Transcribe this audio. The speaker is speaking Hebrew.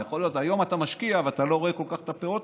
יכול להיות שהיום אתה משקיע ואתה לא כל כך רואה את הפירות,